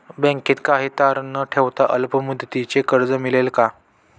बँकेत काही तारण न ठेवता अल्प मुदतीचे कर्ज मिळेल का?